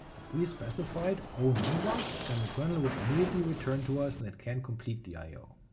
if we specified o nonblock, then the kernel would immediately return to us when it can't complete the i o.